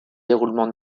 déroulement